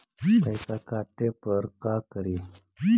पैसा काटे पर का करि?